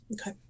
Okay